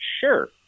sure